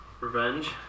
Revenge